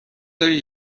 داری